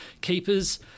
keepers